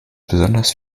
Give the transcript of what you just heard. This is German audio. besonders